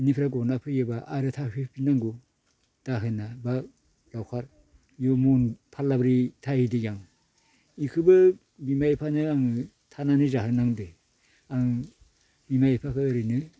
बेनिफ्राय बहनना फैयोबा आरो थांफिन फिननांगौ दाहोना बा लावखार बेबो मन फाल्लाब्रै थाहैदों आं बेखौनबो बिमा बिफायानो आङो थानानै जाहोनांदों आं बिमा बिफाखौ ओरैनो